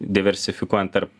diversifikuojant tarp